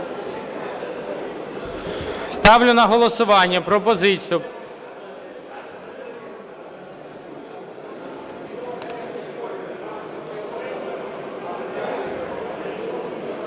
Ставлю на голосування пропозицію